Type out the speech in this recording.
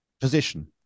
position